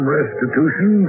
restitution